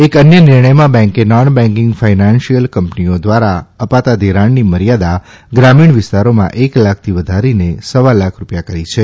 એક અન્ય નિર્ણયમાં બેન્કે નોન બેન્કીંગ ફાયનાન્સીયલ કંપનીઓ દ્વારા અપાતાં ઘિરાણની મર્યાદા ગ્રામીણ વિસ્તારમાં એક લાખથી વધારીને સવા લાખ રુપિયા કરી છે